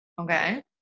Okay